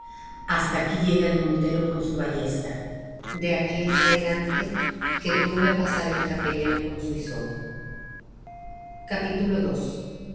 hasta aquí llega el montero con su ballesta de aquí adelante que pruebe á pasar el capellán con su hisopo